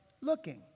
looking